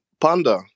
Panda